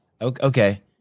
Okay